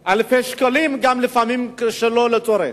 אלפי שקלים, לפעמים גם שלא לצורך?